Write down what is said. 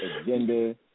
agenda